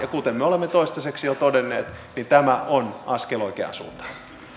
kuten me olemme toistaiseksi jo todenneet tämä on askel oikeaan suuntaan